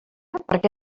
perquè